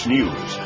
News